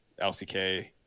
LCK